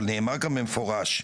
אבל נאמר כאן במפורש,